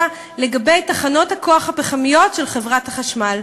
היא לגבי תחנות הכוח הפחמיות של חברת החשמל.